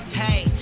hey